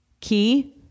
Key